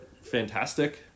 fantastic